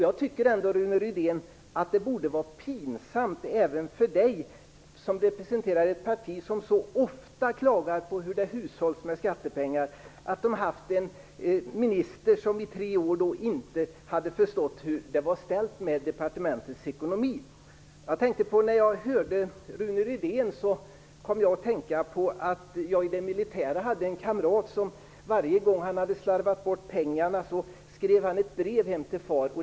Jag tycker ändå att det borde vara pinsamt även för Rune Rydén, som representerar ett parti som så ofta klagar på hur det hushålls med skattepengar, att Moderaterna haft en minister som i tre år inte förstått hur det var ställt med departementets ekonomi. När jag hörde Rune Rydén kom jag att tänka på att jag i det militära hade en kamrat som varje gång han hade slarvat bort pengarna skrev ett brev hem till far.